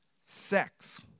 sex